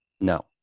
no